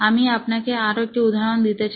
আমি আপনাকে আরো একটা উদাহরন দিতে চাই